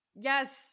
Yes